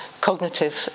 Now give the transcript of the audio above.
cognitive